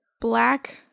black